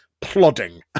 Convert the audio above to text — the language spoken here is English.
plodding